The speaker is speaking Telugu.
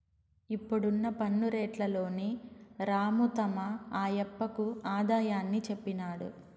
ఇప్పుడున్న పన్ను రేట్లలోని రాము తమ ఆయప్పకు ఆదాయాన్ని చెప్పినాడు